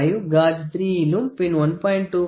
5 காஜ் 3 யிலும் பின் 1